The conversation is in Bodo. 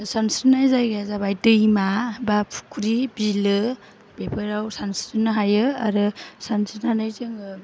सानस्रिनाय जायगाया जाबाय दैमा बा फुख्रि बिलो बेफोराव सानस्रिनो हायो आरो सानस्रिनानै जोङो